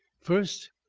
first,